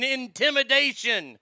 intimidation